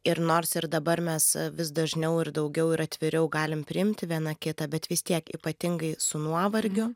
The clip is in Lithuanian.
ir nors ir dabar mes vis dažniau ir daugiau ir atviriau galim priimti viena kitą bet vis tiek ypatingai su nuovargiu